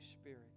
Spirit